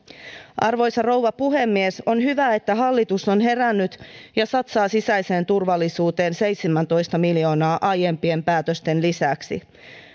arvoisa rouva puhemies on hyvä että hallitus on herännyt ja satsaa sisäiseen turvallisuuteen seitsemäntoista miljoonaa aiempien päätösten lisäksi